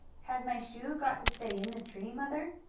has my shoe got to stay in the tree, mother?